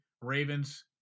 Ravens